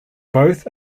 both